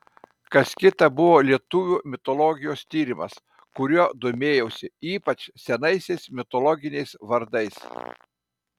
kas kita buvo lietuvių mitologijos tyrimas kuriuo domėjausi ypač senaisiais mitologiniais vardais